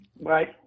Bye